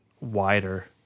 wider